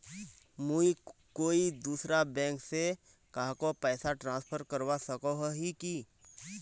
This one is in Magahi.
मुई कोई दूसरा बैंक से कहाको पैसा ट्रांसफर करवा सको ही कि?